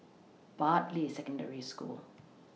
Bartley Secondary School